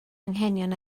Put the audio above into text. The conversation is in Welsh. anghenion